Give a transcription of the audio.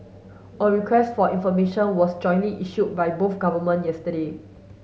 a request for information was jointly issued by both government yesterday